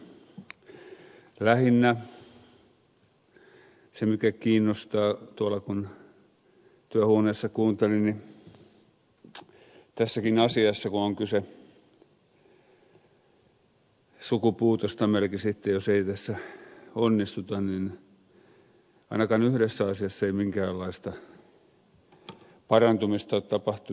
lähinnä se mikä kiinnostaa kun tuolla työhuoneessa kuuntelin on että tässäkään asiassa kun on kyse sukupuutosta melkein sitten jos ei tässä onnistuta ainakaan yhdessä asiassa ei minkäänlaista parantumista ole tapahtunut